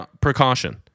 precaution